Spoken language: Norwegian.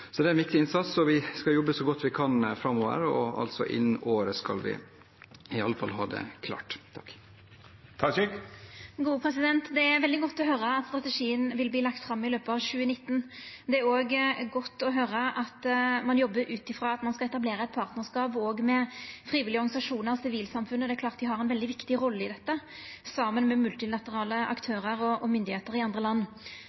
klart. Det er veldig godt å høyra at strategien vil verta lagd fram i løpet av 2019. Det er òg godt å høyra at ein jobbar ut frå at ein skal etablera eit partnarskap med frivillige organisasjonar og sivilsamfunnet. Det er klart at dei har ei viktig rolle i dette, saman med multilaterale aktørar og myndigheiter i andre land.